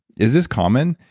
is this common?